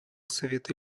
совета